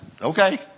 okay